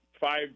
five